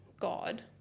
god